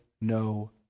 no